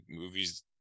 movies